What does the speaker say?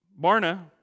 Barna